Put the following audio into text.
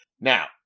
Now